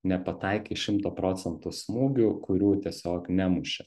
nepataikei šimto procentų smūgių kurių tiesiog nemuši